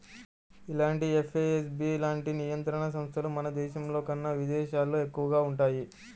ఇలాంటి ఎఫ్ఏఎస్బి లాంటి నియంత్రణ సంస్థలు మన దేశంలోకన్నా విదేశాల్లోనే ఎక్కువగా వుంటయ్యి